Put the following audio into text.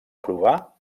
provar